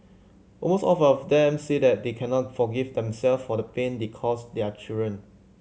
almost all of them say they cannot forgive themselves for the pain they cause their children